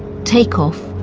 take off,